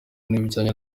n’ibijyanye